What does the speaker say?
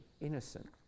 innocent